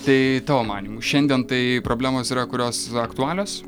tai tavo manymu šiandien tai problemos yra kurios aktualios